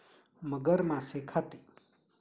मगर मासे खाते